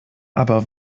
aber